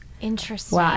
interesting